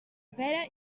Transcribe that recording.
cera